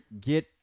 get